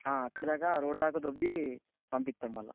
అక్కడ దాక రోడ్డు దాకా దొబ్బి పంపిస్తాం మళ్ళా